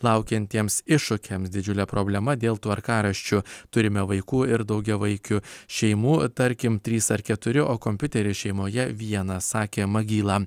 laukiantiems iššūkiams didžiulė problema dėl tvarkaraščių turime vaikų ir daugiavaikių šeimų tarkim trys ar keturi o kompiuteris šeimoje vienas sakė magyla